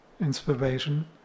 inspiration